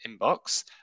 inbox